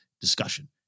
discussion